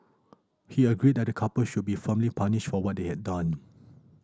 he agreed that the couple should be firmly punished for what they had done